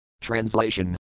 Translation